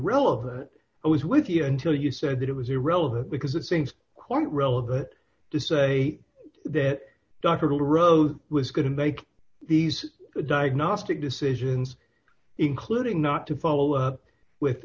irrelevant i was with you until you said it was irrelevant because it seems quite relevant to say that doctorow's was going to make these diagnostic decisions including not to follow up with